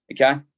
Okay